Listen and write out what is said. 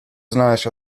znaleźć